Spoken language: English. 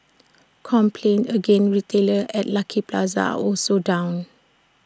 complaints against retailers at Lucky Plaza are also down